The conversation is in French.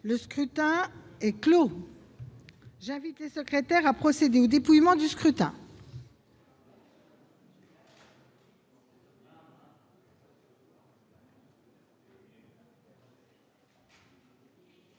Le scrutin est clos. J'invite Mmes et MM. les secrétaires à procéder au dépouillement du scrutin.